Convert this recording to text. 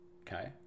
Okay